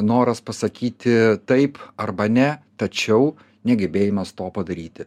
noras pasakyti taip arba ne tačiau negebėjimas to padaryti